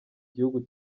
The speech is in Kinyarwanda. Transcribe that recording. gihugu